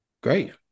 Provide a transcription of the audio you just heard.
great